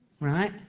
right